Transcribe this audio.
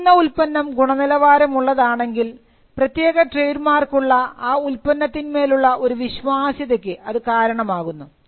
വിൽക്കുന്ന ഉൽപന്നം ഗുണനിലവാരം ഉള്ളതാണെങ്കിൽ പ്രത്യേകത ട്രേഡ് മാർക്കുള്ള ആ ഉൽപ്പന്നത്തിന്മേലുള്ള ഒരു വിശ്വാസ്യതയ്ക്ക് അത് കാരണമാകുന്നു